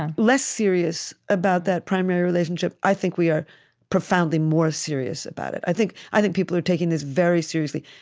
and less serious about that primary relationship, i think we are profoundly more serious about it. i think i think people are taking this very seriously.